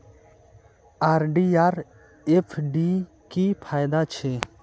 RD or FD की फ़ायदा छे?